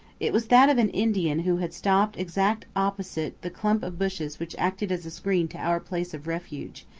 it was that of an indian who had stopped exactly opposite the clump of bushes which acted as a screen to our place of refuge,